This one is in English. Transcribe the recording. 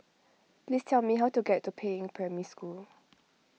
please tell me how to get to Peiying Primary School